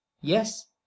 yes